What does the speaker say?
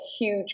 huge